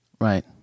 Right